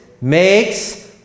makes